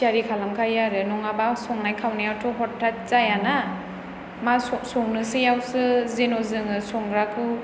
थियारि खालामखायो आरो नङाबा संनाय खावनायाथ' हथाथ जायाना मा संनोसैयावसो जेन' जोङो संग्राखौ